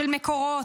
של מקורות.